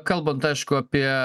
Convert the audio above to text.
kalbant aišku apie